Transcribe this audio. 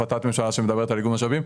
החלטת ממשלה שמדברת על איגום משאבים.